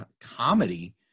comedy